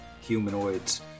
humanoids